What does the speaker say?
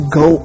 go